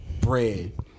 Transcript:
bread